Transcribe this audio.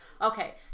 Okay